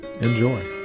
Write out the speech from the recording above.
Enjoy